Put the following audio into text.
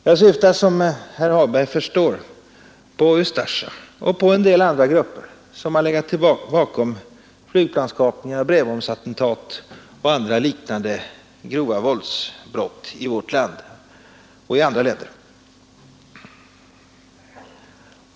Som herr Hagberg förstår syftar jag på Ustasja och på en del andra grupper, som har legat bakom flygplanskapningar, brevbombsattentat och andra liknande grova våldsbrott i vårt land och i andra länder.